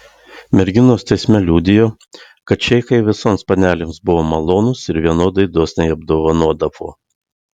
merginos teisme liudijo kad šeichai visoms panelėms buvo malonūs ir vienodai dosniai apdovanodavo